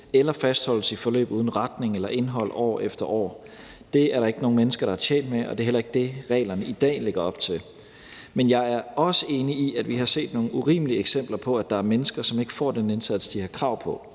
eller fastholdes i forløb uden retning eller indhold år efter år. Det er der ikke nogen mennesker der er tjent med, og det er heller ikke det, reglerne i dag lægger op til. Men jeg er også enig i, at vi har set nogle urimelige eksempler på, at der er mennesker, som ikke får den indsats, de har krav på,